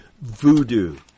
voodoo